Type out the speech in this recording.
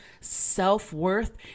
self-worth